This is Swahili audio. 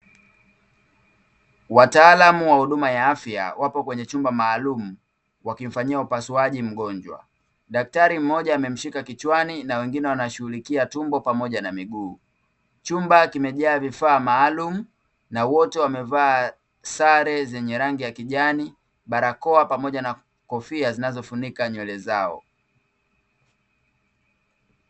Wataalamu wa huduma ya afya wapo kwenye chumba maalum wakimfanyia upasuaji mgonjwa ,daktari mmoja amemshika kichwani na wengine wanashughulikia tumbo pamoja na miguu, chumba kimejaa vifaa maalumu na wote wamevaa sare zenye rangi ya kijani ,barakoa pamoja na kofia zinazofunika nywele zao.